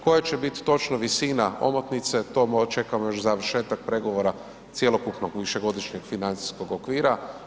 Koja će točno biti visina omotnice, to čekamo još završetak pregovora cjelokupnog višegodišnjeg financijskog okvira.